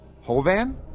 Hovan